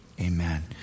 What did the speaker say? amen